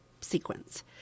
sequence